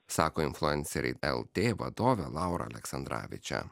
sako influenceriai lt vadovė laura aleksandravičė